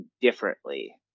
differently